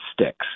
sticks